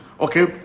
okay